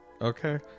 okay